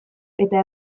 eta